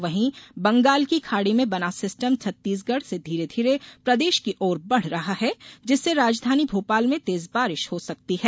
वहीं बंगाल की खाड़ी में बना सिस्टम छत्तीसगढ़ से धीरे धीरे प्रदेश की ओर बढ़ रहा है जिससे राजधानी भोपाल में तेज बारिश हो सकती है